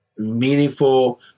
Meaningful